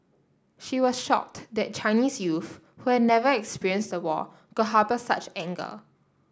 she was shocked that Chinese youth who had never experienced the war could harbour such anger